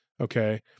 okay